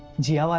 jia